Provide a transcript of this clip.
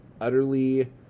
utterly